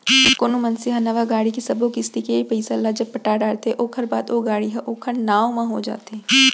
कोनो मनसे ह नवा गाड़ी के ले सब्बो किस्ती के पइसा ल जब पटा डरथे ओखर बाद ओ गाड़ी ह ओखर नांव म हो जाथे